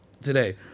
today